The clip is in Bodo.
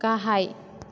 गाहाय